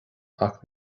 ach